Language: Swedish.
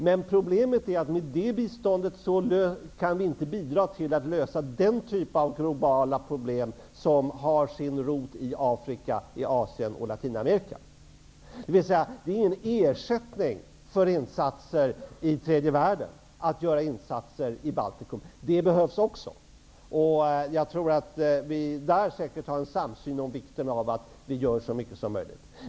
Men problemet är att med det biståndet kan vi inte hjälpa till att lösa den typ av globala problem som har sina rötter i Afrika, Asien och Latinamerika. Det är ingen ersättning för insatser i tredje världen att göra insatser i Baltikum. De insatserna behövs också. Jag tror att vi har en samsyn om vikten av att göra så mycket som möjligt.